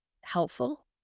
helpful